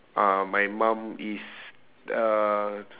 uh my mum is uh